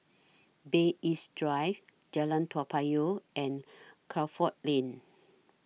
Bay East Drive Jalan Toa Payoh and Crawford Lane